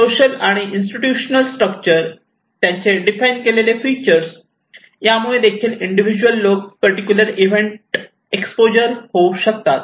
social आणि institution structure त्यांचे define केलेले फीचर्स यामुळे देखील इंडिव्हिज्युअल लोक पर्टिक्युलर इव्हेंट एक्सपोजर होऊ शकतात